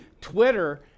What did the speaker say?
Twitter